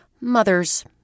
Mother's